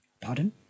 pardon